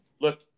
look